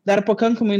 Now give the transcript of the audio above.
dar pakankamai